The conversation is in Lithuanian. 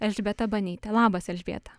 elžbieta banytė labas elžbieta